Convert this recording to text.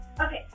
Okay